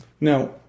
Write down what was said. Now